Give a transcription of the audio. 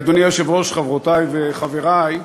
אדוני היושב-ראש, חברותי וחברי,